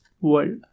world